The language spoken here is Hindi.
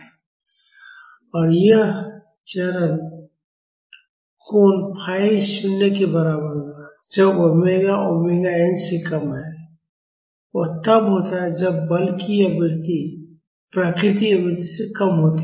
और यह चरण कोण फाई 0 के बराबर होगा जब ओमेगा ओमेगा n से कम है वह तब होता है जब बल की आवृत्ति प्राकृतिक आवृत्ति से कम होती है